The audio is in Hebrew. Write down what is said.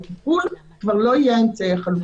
הטיפול כבר לא יהיה האמצעי החלופי.